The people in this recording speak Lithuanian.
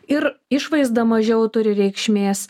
ir išvaizda mažiau turi reikšmės